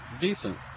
decent